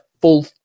full